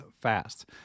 fast